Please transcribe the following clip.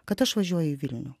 kad aš važiuoju į vilnių